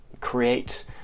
create